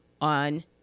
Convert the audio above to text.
on